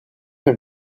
her